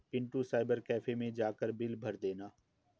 Pintu cyber cafe मैं जाकर bill भर देना